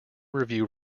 review